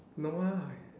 no ah